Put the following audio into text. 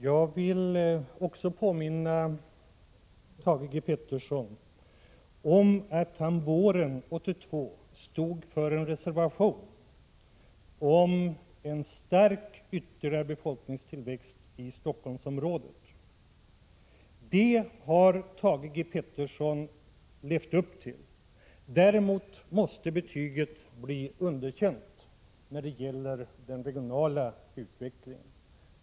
Herr talman! Jag vill påminna Thage G. Peterson om att han våren 1982 stod för en reservation om en stark ytterligare befolkningstillväxt i Stockholmsområdet. Den har Thage G. Peterson levt upp till. Däremot måste betyget bli underkänt när det gäller den regionala utvecklingen.